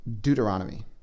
Deuteronomy